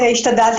השתדלתי.